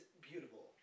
beautiful